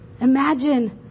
Imagine